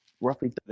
roughly